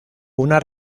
una